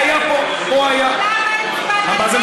כי היה פה, פה היה, למה הצבעת נגד?